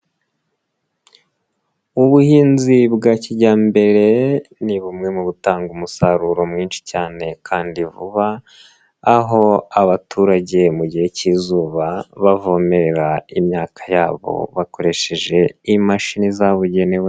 Ubuhinzi bwa kijyambere ni bumwe mu butanga umusaruro mwinshi cyane kandi vuba, aho abaturage mu gihe k'izuba bavomere imyaka yabo bakoresheje imashini zabugenewe.